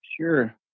Sure